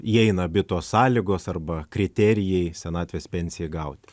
įeina abi tos sąlygos arba kriterijai senatvės pensijai gauti